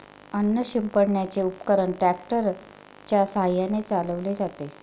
अन्न शिंपडण्याचे उपकरण ट्रॅक्टर च्या साहाय्याने चालवले जाते